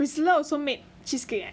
priscilla also make cheesecake eh